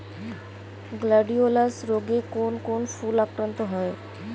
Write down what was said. Gladiolus রোগে কোন কোন ফুল আক্রান্ত হয়?